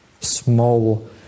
small